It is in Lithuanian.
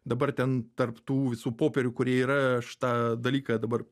dabar ten tarp tų visų popierių kurie yra aš tą dalyką dabar